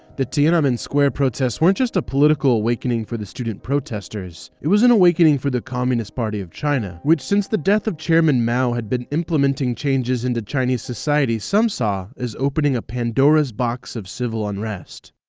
the tiananmen square protests weren't just a political awakening for the student protesters it was an awakening for the communist party of china, which since the death chairman mao had been implementing changes into chinese society some saw as opening a pandora's box of civil unrest.